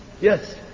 Yes